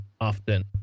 often